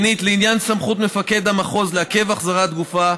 שנית, לעניין סמכות מפקד המחוז לעכב החזרת גופה,